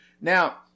Now